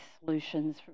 solutions